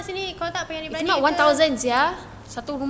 cat rumah sendiri kau tak payah beli ke